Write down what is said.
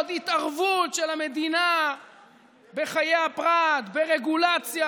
התערבות של המדינה בחיי הפרט ברגולציה,